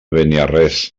beniarrés